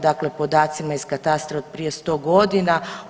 Dakle, podacima iz katastra od prije sto godina.